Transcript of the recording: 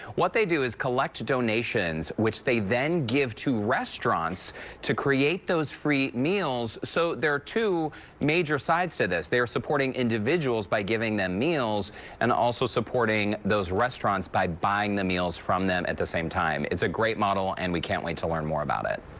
what they do is collect donations which they then give to restaurants to create those free meals so there are two major sides to this. they are supporting and by giving them meals and also supporting those restaurants by buying the meals from them at the same time. it's a great model and we can't wait to learn more about it.